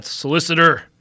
solicitor